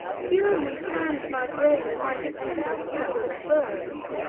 fury turns my brain and my distemper'd bosom burns.